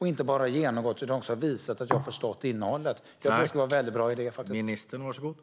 Och inte bara det, utan man kan dessutom visa att man har förstått innehållet. Jag tror att detta skulle vara en väldigt bra idé.